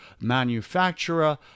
manufacturer